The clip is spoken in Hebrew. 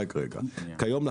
כיום,